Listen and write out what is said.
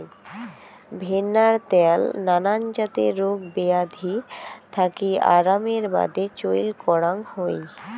ভেন্নার ত্যাল নানান জাতের রোগ বেয়াধি থাকি আরামের বাদে চইল করাং হই